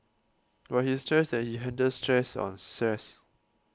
but he stressed that he handled stress on